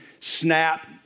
snap